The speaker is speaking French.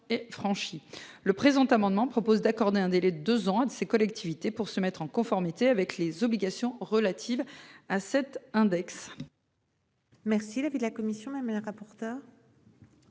le présent amendement propose d'accorder un délai de 2 ans de ces collectivités pour se mettre en conformité avec les obligations relatives à cet index.